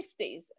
50s